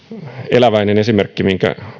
eläväinen esimerkki minkä